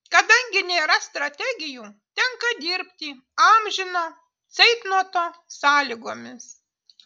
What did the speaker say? kadangi nėra strategijų tenka dirbti amžino ceitnoto sąlygomis